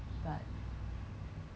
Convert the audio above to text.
我看到那个 video